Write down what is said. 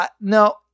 No